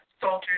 soldiers